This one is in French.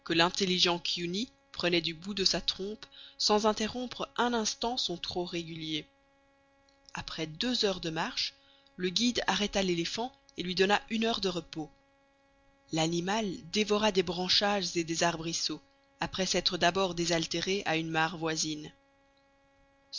kiouni prenait du bout de sa trompe sans interrompre un instant son trot régulier après deux heures de marche le guide arrêta l'éléphant et lui donna une heure de repos l'animal dévora des branchages et des arbrisseaux après s'être d'abord désaltéré à une mare voisine